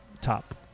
top